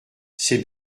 c’est